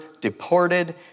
deported